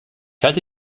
halte